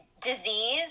Disease